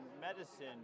medicine